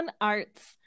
Arts